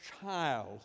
child